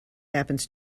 happens